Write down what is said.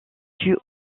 due